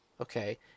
okay